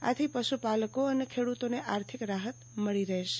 આથી પશુપાલકો અને ખેડૂતોને આર્થિક રાહત મળી રહેશે